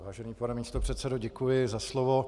Vážený pane místopředsedo, děkuji za slovo.